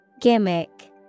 Gimmick